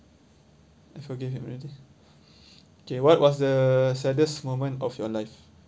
I forgive him already okay what was the saddest moment of your life